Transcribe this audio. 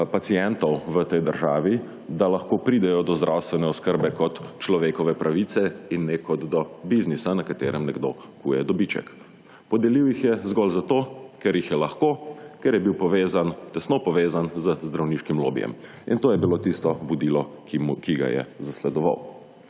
pacientov v tej državi, da lahko pridejo do zdravstvene oskrbe kot človekove pravice in ne kot do biznisa, na katerem nekdo kuje dobiček. Podelil jih je zgolj zato, ker jih je lahko, ker je bil povezan, tesno povezan z zdravniškim lobijem. In to je bilo tisto vodilo, ki ga je zasledoval.